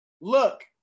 look